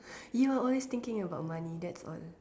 you are always thinking about money that's all